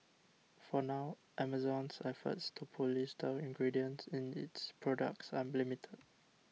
for now Amazon's efforts to police the ingredients in its products are limited